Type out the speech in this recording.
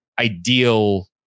ideal